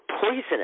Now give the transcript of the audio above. poisonous